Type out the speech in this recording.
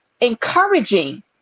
encouraging